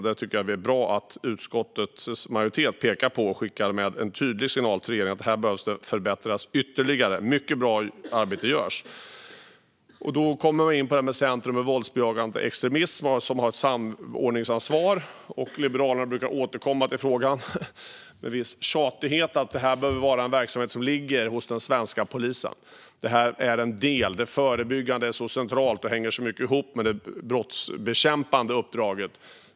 Det är bra att utskottets majoritet pekar på det och skickar en tydlig signal till regeringen att det behöver förbättras ytterligare, även om mycket bra arbete redan görs. Det för oss in på Centrum mot våldsbejakande extremism, som har ett samordningsansvar. Liberalerna brukar med viss tjatighet återkomma till att det är en verksamhet som behöver ligga hos den svenska polisen. Det förebyggande är centralt och hänger till stor del ihop med det brottsbekämpande uppdraget.